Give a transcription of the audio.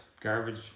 garbage